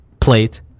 plate